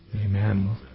Amen